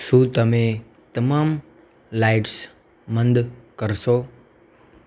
શું તમે તમામ લાઈટ્સ મંદ કરશો